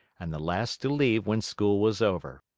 and the last to leave when school was over.